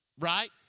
Right